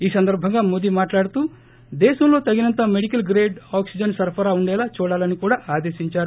ఈ సందర్భంగా మోడీ మాట్లాడుతూ దేశంలో తగినంత మెడికల్ గ్రేడ్ ఆక్సిజన్ సరఫరా ఉండేలా చూడాలని కూడా ఆదేశించారు